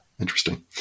Interesting